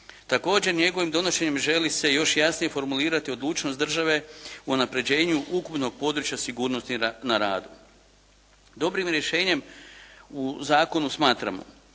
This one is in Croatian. Također njegovim donošenjem želi se još jasnije formulirati odlučnost države u unapređenju ukupnog područja sigurnosti na radu. Dobrim rješenjem u zakonu smatramo